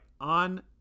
On